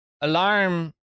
Alarm